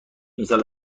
مثال